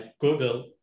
google